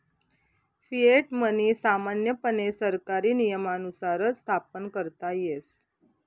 fiat money सामान्यपणे सरकारी नियमानुसारच स्थापन करता येस